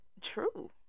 true